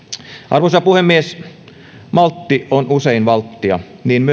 arvoisa puhemies maltti on usein valttia niin myös nyt